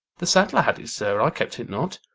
the saddler had it, sir i kept it not.